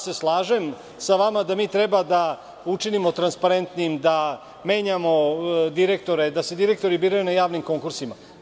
Slažem se sa vama da mi treba da učinimo transparentnim, da menjamo direktore, da se direktori biraju na javnim konkursima.